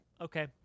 Okay